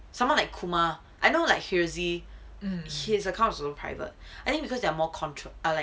someone like kumar I know like seriously his account is also private I think because there are more controver~ um like